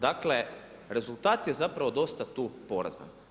Dakle, rezultat je zapravo dosta tu porazan.